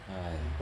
!haiya!